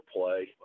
play